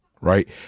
right